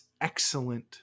excellent